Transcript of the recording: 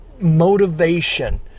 motivation